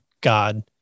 God